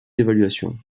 d’évaluation